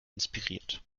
inspiriert